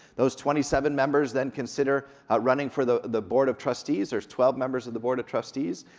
those twenty seven members then consider running for the the board of trustees. there's twelve members of the board of trustees,